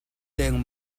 deng